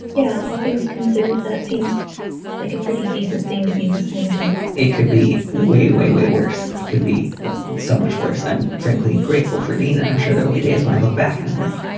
yeah all things considered, that seems like a pretty decent thing to be listening to it could be way, way, way worse. it could be so much worse. i'm frankly grateful for dean. and i'm sure there will be days when i look back and i'm like,